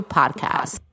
podcast